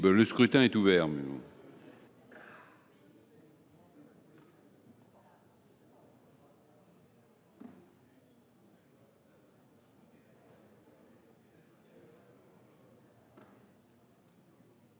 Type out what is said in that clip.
Le scrutin est ouvert.